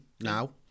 now